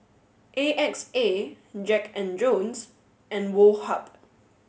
A X A Jack and Jones and Woh Hup